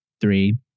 three